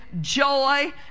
joy